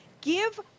give